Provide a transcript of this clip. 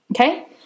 okay